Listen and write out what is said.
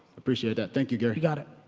appreciate that, thank you gary. you got it.